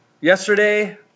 yesterday